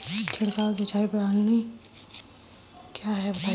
छिड़काव सिंचाई प्रणाली क्या है बताएँ?